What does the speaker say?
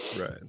right